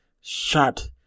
shot